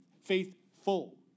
faithful